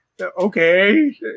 okay